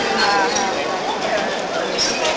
हँ हँ सब फल फूल सब चढ़ै छै